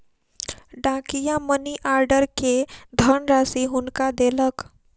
डाकिया money order के धनराशि हुनका देलक